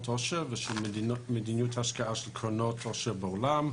עושר ושל מדיניות השקעה של קרנות עושר בעולם,